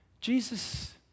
Jesus